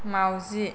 माउजि